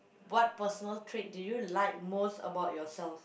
what personal trait do you like most about yourself